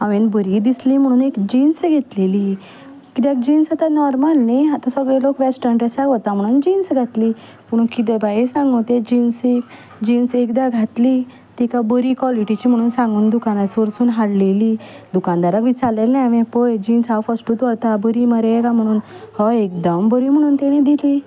हांवें बरी दिसली म्हणून एक जिन्स घेतलेली किद्याक जिन्स आतां नॉर्मल न्ही आतां सगले लोक वेस्टन ड्रेसा वता म्हणून जिन्स घातली पूण किदें बाये सांगूं तेजे जिन्सीक जिन्स एकदां घातली तिका बरी क्वॉलिटीची म्हणून सांगून दुकाना वरसून हाडलेली कानदाराक विचारलेले हांवें पळय जिन्स हांव फस्टूच व्हरता बरी मरे काय मरे म्हणून हय एकदम बरी म्हणून ताणे दिल्ली